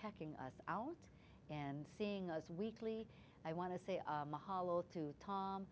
checking us out and seeing us weekly i want to say hollow to tom